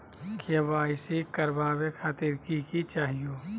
KYC करवावे खातीर कि कि चाहियो?